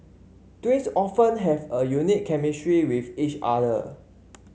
twins often have a unique chemistry with each other